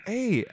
Hey